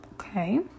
Okay